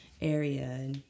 area